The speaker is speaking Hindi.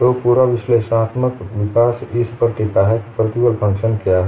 तो पूरा विश्लेषणात्मक विकास इस पर टिका है कि प्रतिबल फ़ंक्शन क्या है